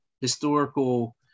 historical